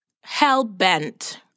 hell-bent